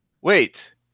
Wait